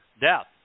death